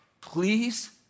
Please